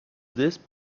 this